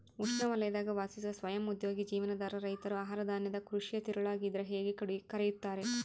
ಉಷ್ಣವಲಯದಾಗ ವಾಸಿಸುವ ಸ್ವಯಂ ಉದ್ಯೋಗಿ ಜೀವನಾಧಾರ ರೈತರು ಆಹಾರಧಾನ್ಯದ ಕೃಷಿಯ ತಿರುಳಾಗಿದ್ರ ಹೇಗೆ ಕರೆಯುತ್ತಾರೆ